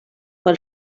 pel